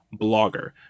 blogger